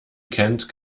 kennt